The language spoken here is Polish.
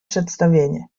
przedstawienie